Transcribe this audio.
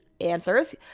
Answers